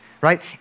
right